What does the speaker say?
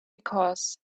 because